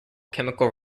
chemical